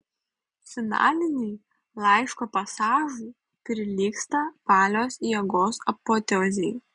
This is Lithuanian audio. finaliniai laiško pasažai prilygsta valios jėgos apoteozei